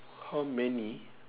how many